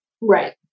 Right